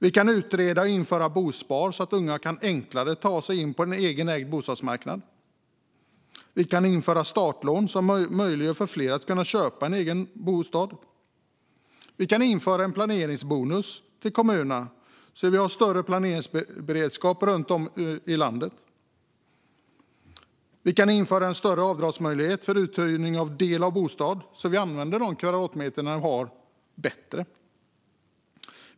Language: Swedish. Vi kan utreda och införa bospar så att unga enklare kan ta sig in på marknaden för egenägda bostäder. Vi kan införa startlån som möjliggör för fler att köpa en egen bostad. Vi kan införa en planeringsbonus till kommunerna så att vi får större planberedskap runt om i landet. Vi kan införa större avdragsmöjlighet för uthyrning av del av bostad så att vi använder de kvadratmeter som finns bättre.